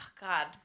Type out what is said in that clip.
God